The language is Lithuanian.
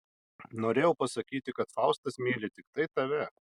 norėjau pasakyti kad faustas myli tiktai tave